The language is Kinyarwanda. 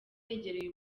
yegereye